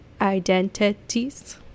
identities